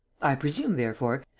i presume, therefore,